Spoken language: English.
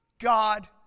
God